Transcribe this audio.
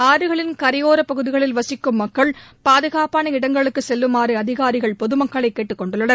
ஆறுகளின் கரையோர பகுதிகளில் வசிக்கும் மக்கள் பாதுகாப்பான இடங்களுக்கு செல்லுமாறு அதிகாரிகள் பொதுமக்களை கேட்டுக்கொண்டுள்ளனர்